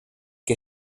que